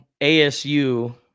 ASU